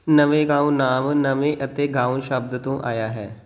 ਨਵੇਂ ਗਾਓਂ ਨਾਮ ਨਵੇਂ ਅਤੇ ਗਾਓਂ ਸ਼ਬਦ ਤੋਂ ਆਇਆ ਹੈ